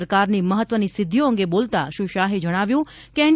સરકારની મહત્વની સિદ્ધિઓ અંગે બોલતા શ્રી શાહે જણાવ્યું હતું કે એન